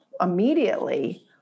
immediately